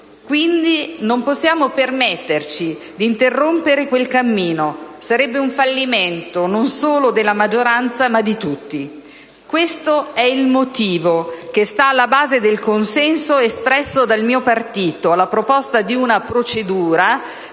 Quindi, non possiamo permetterci di interrompere quel cammino; sarebbe un fallimento, non solo della maggioranza, ma di tutti. Questo è il motivo che sta alla base del consenso espresso dal mio partito alla proposta di una procedura